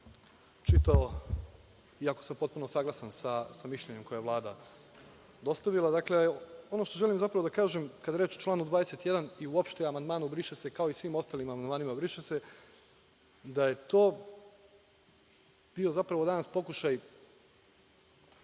čitao, iako sam potpuno saglasan sa mišljenjem koje je Vlada dostavila. Dakle, ono što želim zapravo da kažem, kada je reč o članu 21. i uopšte o amandmanu „briše se“, kao i svim ostalim amandmanima „briše se“, da je to bio zapravo danas